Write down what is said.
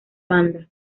banda